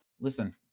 listen